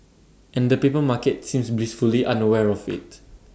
and the paper market seems blissfully unaware of IT